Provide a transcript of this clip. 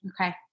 Okay